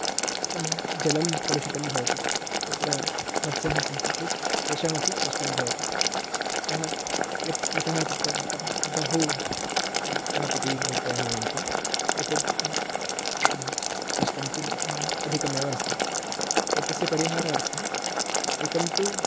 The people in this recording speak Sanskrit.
जलं कलुषितं भवति तत्र मत्स्याः सन्ति चेत् तेषामपि कष्टं भवति अतः यत् यतः तत्र बहु गणपतिमूर्तयः भवन्ति एतत् कष्टं तु अधिकमेव अस्ति एतस्य परिहारार्थम् एकं तु